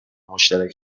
مشترک